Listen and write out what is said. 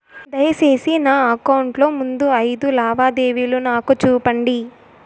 దయసేసి నా అకౌంట్ లో ముందు అయిదు లావాదేవీలు నాకు చూపండి